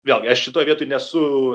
vėlgi aš šitoj vietoj nesu